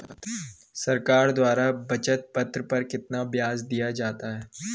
सरकार द्वारा बचत पत्र पर कितना ब्याज दिया जाता है?